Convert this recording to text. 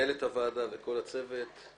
למנהלת הוועדה ולכל הצוות.